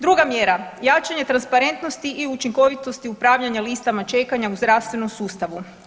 Druga mjera, jačanje transparentnosti i učinkovitosti upravljanja listama čekanja u zdravstvenom sustavu.